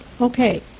okay